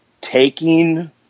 taking